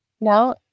No